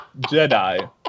Jedi